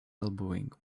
elbowing